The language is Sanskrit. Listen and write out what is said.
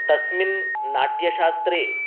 तस्मिन् नाट्यशास्त्रे